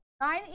nine